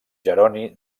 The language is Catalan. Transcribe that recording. jeroni